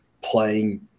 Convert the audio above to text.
playing